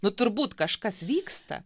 nu turbūt kažkas vyksta